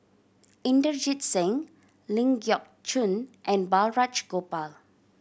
Inderjit Singh Ling Geok Choon and Balraj Gopal